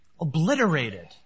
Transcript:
Obliterated